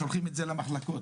שולחים את זה למחלקות,